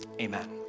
amen